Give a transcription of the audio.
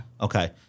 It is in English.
Okay